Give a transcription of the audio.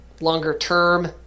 longer-term